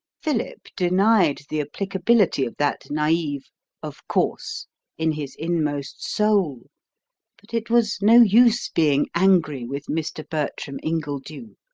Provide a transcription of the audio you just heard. philip denied the applicability of that naive of course in his inmost soul but it was no use being angry with mr. bertram ingledew.